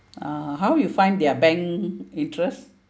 uh how you find their bank interest